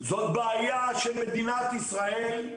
זו בעיה של מדינת ישראל,